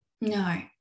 no